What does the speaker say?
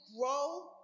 grow